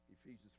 Ephesians